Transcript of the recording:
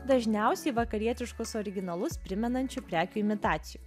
dažniausiai vakarietiškus originalus primenančių prekių imitacijų